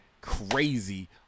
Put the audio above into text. crazy